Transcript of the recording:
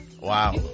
Wow